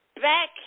back